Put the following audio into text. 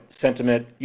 sentiment